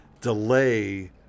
delay